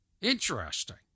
Interesting